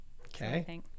Okay